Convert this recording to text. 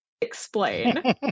explain